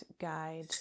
guide